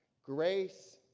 grace,